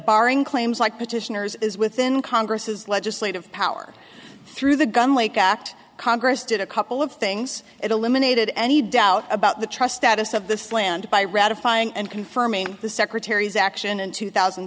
barring claims like petitioners is within congress's legislative power through the gun lake act congress did a couple of things it eliminated any doubt about the trust atus of this land by ratifying and confirming the secretary's action in two thousand